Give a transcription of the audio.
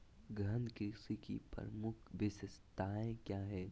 गहन कृषि की प्रमुख विशेषताएं क्या है?